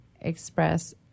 express